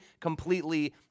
completely